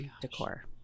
decor